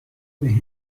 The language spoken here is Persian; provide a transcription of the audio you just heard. بهم